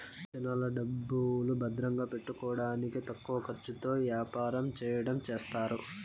జనాల డబ్బులు భద్రంగా పెట్టుకోడానికి తక్కువ ఖర్చుతో యాపారం చెయ్యడం చేస్తారు